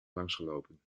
langsgelopen